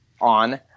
on